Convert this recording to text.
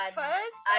first